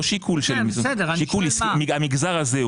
המגזר הזה,